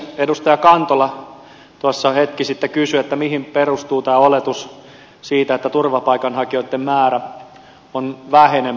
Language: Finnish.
edustaja kantola tuossa hetki sitten kysyi mihin perustuu tämä oletus siitä että turvapaikanhakijoitten määrä on vähenemässä